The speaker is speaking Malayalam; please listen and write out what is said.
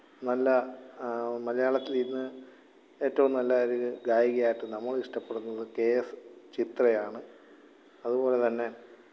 നല്ല മലയാളത്തിൽ ഇന്ന് ഏറ്റവും നല്ല ഒരു ഗായികയായിട്ട് നമ്മൾ ഇഷ്ടപ്പെടുന്നത് കെ എസ് ചിത്രയാണ് അതുപോലെത്തന്നെ